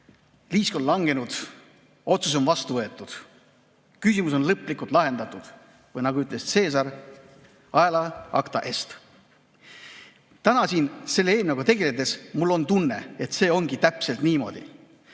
"Liisk on langenud, otsus on vastu võetud, küsimus on lõplikult lahendatud." Või nagu ütles Caesar, "Alea iacta est".Täna siin selle eelnõuga tegeledes on mul tunne, et see ongi täpselt niimoodi.